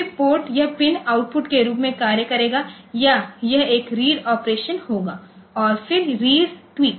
फिर पोर्ट यह pin output के रूप में कार्य करेगा या यह एक रीड ऑपरेशन होगा और फिर रीड ट्वीक